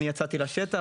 אני יצאתי לשטח,